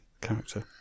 character